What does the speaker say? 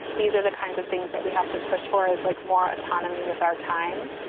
these are the kinds of things that we have to push for, is like more autonomy with our time,